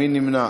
מי נמנע?